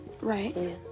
Right